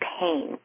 pain